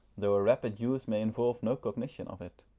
though a rapid use may involve no cognition of it.